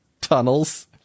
tunnels